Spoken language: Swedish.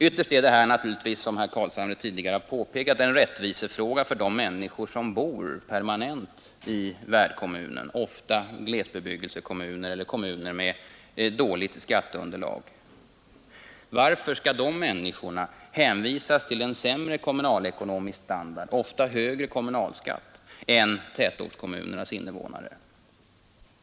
Ytterst gäller det naturligtvis, som herr Carlshamre tidigare påpekat, en rättvisefråga för de människor som bor permanent i värdkommunerna, vilka ofta är glesbebyggelsekommuner eller kommuner med dåligt skatteunderlag. Varför skall de människorna hänvisas till en sämre kommunalekonomisk standard och ofta högre kommunalskatt än tätorternas invånare?